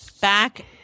Back